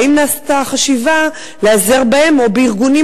האם נעשתה חשיבה להיעזר בהן או בארגונים